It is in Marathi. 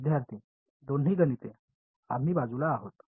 विद्यार्थीः दोन्ही गणिते आम्ही बाजूला आहोत